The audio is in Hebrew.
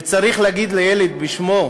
וצריך לקרוא לילד בשמו: